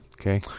Okay